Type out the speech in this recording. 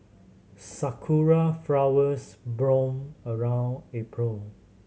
sarawak flowers bloom around April